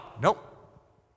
Nope